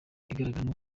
igaragaramo